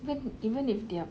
but even if they are